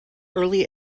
early